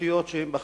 ממשלתיות שבאחריותך,